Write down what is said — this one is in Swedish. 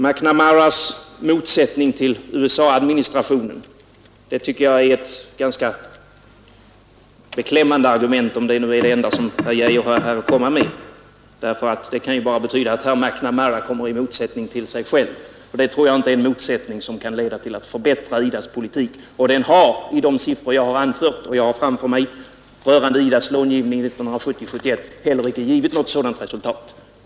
McNamaras motsättning till USA-administrationen tycker jag är ett ganska beklämmande argument, om det nu är det enda som herr Geijer här har att anföra. Det kan ju bara betyda att herr McNamara kommer i motsättning till sig själv, och det tror jag inte är en motsättning som kan förbättra IDA:s politik. Den har enligt de siffror jag har anfört och som jag har framför mig rörande IDA s långivning under 1970/71 icke heller givit något sådant resultat.